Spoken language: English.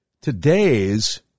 Today's